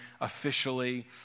officially